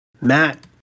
Matt